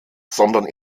sondern